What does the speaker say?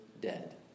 dead